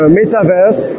metaverse